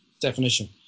definition